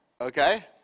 Okay